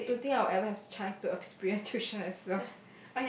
ya I don't think I will ever have the chance to experience tuition as well